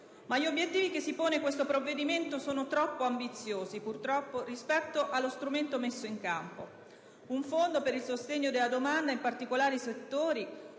Ma gli obiettivi che esso si pone sono troppo ambiziosi, purtroppo, rispetto allo strumento messo in campo: un Fondo per il sostegno della domanda in particolari settori,